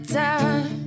time